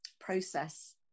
process